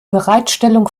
bereitstellung